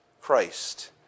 Christ